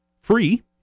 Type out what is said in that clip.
free